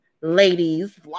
Ladies